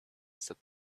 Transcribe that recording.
said